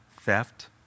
theft